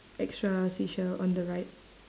extra seashell on the right